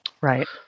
Right